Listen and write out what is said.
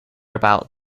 about